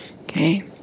Okay